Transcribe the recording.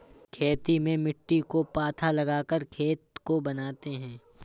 खेती में मिट्टी को पाथा लगाकर खेत को बनाते हैं?